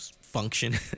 function